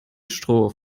stroh